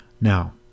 Now